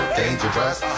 dangerous